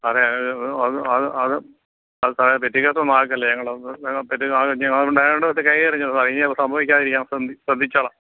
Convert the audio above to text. സാറെ അത് അത് അത് അത് സാറെ പെറ്റി ക്കേസൊന്നുവാക്കല്ലെ ഞങ്ങളതൊന്ന് പെറ്റി ആളൊണ്ട് ഇനി രണ്ട് ദിവസത്തേക്ക് കൈയറിഞ്ഞു സാറെ ഇനി അതൊന്ന് സംഭവിക്കാതിരിക്കാൻ ശ്രദ്ധിക്കാം ശ്രദ്ധിച്ചോളാം